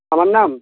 আমার নাম